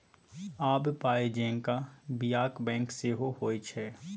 आब पाय जेंका बियाक बैंक सेहो होए छै